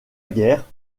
guerre